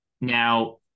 now